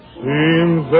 seems